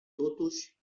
totuși